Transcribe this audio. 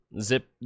zip